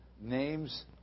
names